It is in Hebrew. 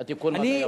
מתי התיקון יבוא?